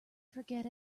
forget